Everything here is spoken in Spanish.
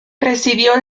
presidió